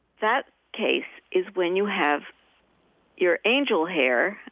that case is when you have your angel hair,